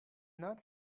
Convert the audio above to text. not